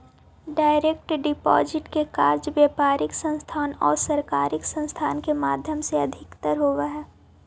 direct deposit के कार्य व्यापारिक संस्थान आउ सरकारी संस्थान के माध्यम से अधिकतर होवऽ हइ